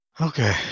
Okay